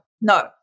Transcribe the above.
no